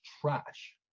trash